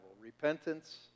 Repentance